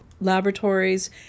laboratories